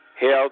health